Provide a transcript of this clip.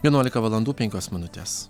vienuolika valandų penkios minutės